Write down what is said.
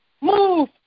move